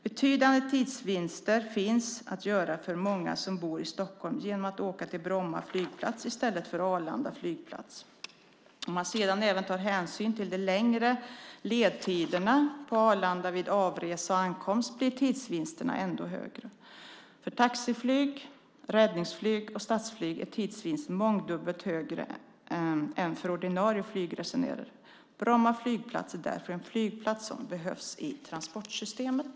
Betydande tidsvinster finns att göra för många som bor i Stockholm genom att åka till Bromma flygplats i stället för Arlanda flygplats. Om man sedan även tar hänsyn till de längre ledtiderna på Arlanda vid avresa och ankomst blir tidsvinsterna ännu högre. För taxiflyg, räddningsflyg och statsflyg är tidsvinsten mångdubbelt högre än för ordinarie flygresenärer. Bromma flygplats är därför en flygplats som behövs i transportsystemet.